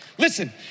Listen